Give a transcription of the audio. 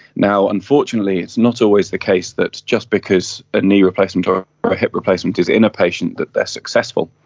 unfortunately it's not always the case that just because a knee replacement or or a hip replacement is in a patient that they are successful.